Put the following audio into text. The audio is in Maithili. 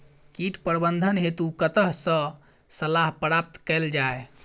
कीट प्रबंधन हेतु कतह सऽ सलाह प्राप्त कैल जाय?